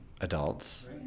adults